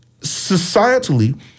societally